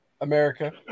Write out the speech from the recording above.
America